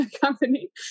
company